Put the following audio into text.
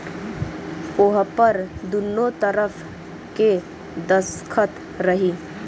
ओहपर दुन्नो तरफ़ के दस्खत रही